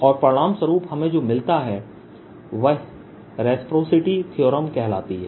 और परिणामस्वरूप हमें जो मिलता है वह रेसप्रासिटी थीअरम कहलाती है